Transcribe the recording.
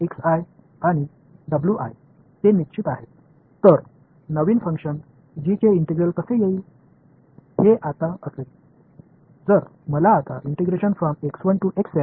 எனவே நான் ஒரு புதிய ஃபங்ஷன் g கொண்டு வந்தால் நான் குவாடுரேசா் விதியை மாற்ற வேண்டியதில்லை என்னிடம் உள்ளது